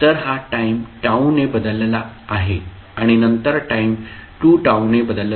तर हा time T ने बदलला आहे आणि नंतर टाईम 2T ने बदलला आहे